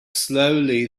slowly